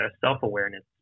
self-awareness